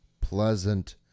pleasant